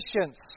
patience